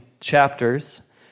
chapters